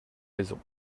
raisons